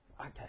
Okay